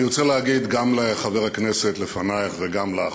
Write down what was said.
אני רוצה להגיד גם לחבר הכנסת שלפנייך וגם לך,